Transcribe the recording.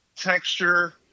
texture